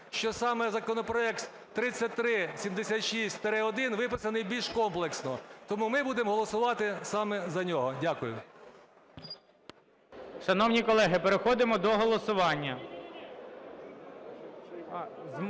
що саме законопроект 3376-1 виписаний більш комплексно. Тому ми будемо голосувати саме за нього. Дякую.